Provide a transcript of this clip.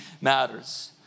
matters